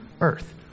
earth